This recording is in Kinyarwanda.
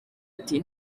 ati